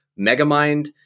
Megamind